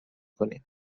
کنیم